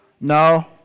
No